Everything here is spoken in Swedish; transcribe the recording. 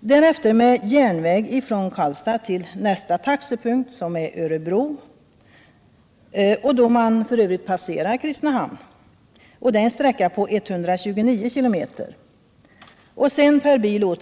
Därefter går det med järnväg från Karlstad till nästa taxepunkt som är Örebro — då man f.ö. passerar Kristinehamn, en sträcka på 129 km. Sedan återigen per bil